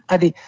Adi